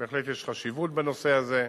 בהחלט יש חשיבות בנושא הזה,